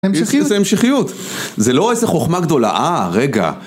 יש בזה המשיכיות, זה לא איזה חוכמה גדולה, אה רגע